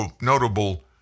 notable